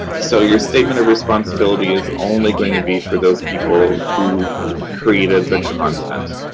so, your statement of responsibility is only going to be for those people who created the content.